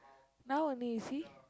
now only you see